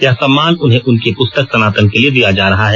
यह सम्मान उन्हें उनकी पुस्तक सनातन के लिए दिया जा रहा है